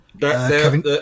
Kevin